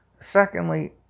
Secondly